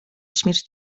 śmierć